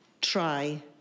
try